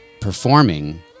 performing